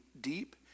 deep